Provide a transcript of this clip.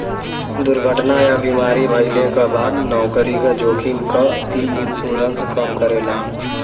दुर्घटना या बीमारी भइले क बाद नौकरी क जोखिम क इ इन्शुरन्स कम करेला